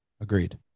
Agreed